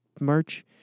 merch